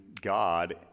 God